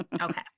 Okay